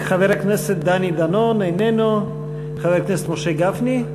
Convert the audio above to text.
חבר הכנסת דני דנון, איננו, חבר הכנסת משה גפני,